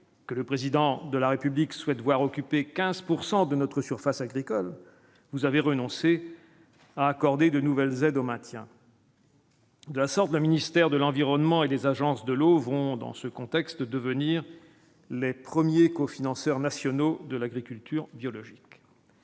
que le président de la République souhaite voir occuper 15 pourcent de notre surface agricole vous avez renoncé à accorder de nouvelles aides au maintien. De la sorte, le ministère de l'environnement et des agences de l'eau, vont dans ce contexte, devenir les premiers co-financeurs nationaux de l'agriculture biologique.